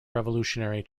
revolutionary